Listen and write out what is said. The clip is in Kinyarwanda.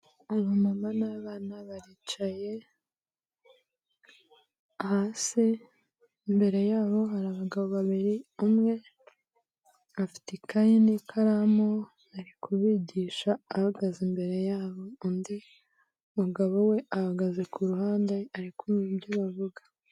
Abamama n'abana baricaye, hasi imbere yabo hari abagabo babiri, umwe afite ikayi n'ikaramu, ari kubigisha ahagaze imbere yabo, undi mugabo we ahagaze ku ruhande arikumva ibyo bavuga.